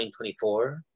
2024